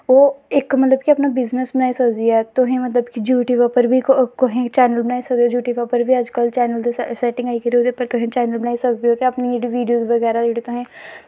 ओह् इक मतलब कि अपना बिज़नस बनाई सकदी ऐ तुस मतलब कि यूट्यूब उप्पर बी कोई चैनल बनाई सकदे यूट्यूब पर बी अज्ज कल चैनल दी सैटिंगां फिर तुस ओह्दे उप्पर तुस चैनल बनाई सकदे ओ ते अपनी जेह्ड़ी वीडियोस बगैरा जेह्ड़ी तुसें